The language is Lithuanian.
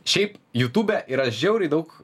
šiaip jutube yra žiauriai daug